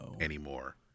anymore